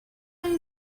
you